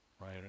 right